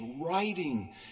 writing